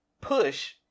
push